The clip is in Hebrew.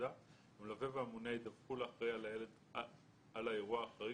המלווה והממונה ידווחו לאחראי על הילד על האירוע החריג